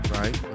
right